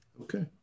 Okay